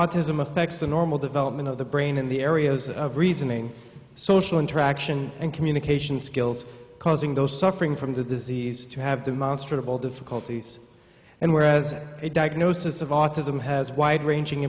autism affects the normal development of the brain in the areas of reasoning social interaction and communication skills causing those suffering from the disease to have demonstrative all difficulties and whereas a diagnosis of autism has wide ranging